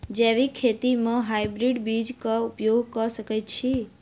जैविक खेती म हायब्रिडस बीज कऽ उपयोग कऽ सकैय छी?